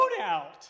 out